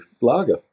lager